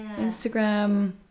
Instagram